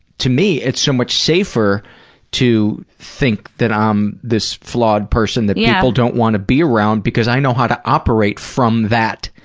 to me, it's so much safer to think that i'm this flawed person that yeah people don't want to be around because i know how to operate from that